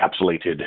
encapsulated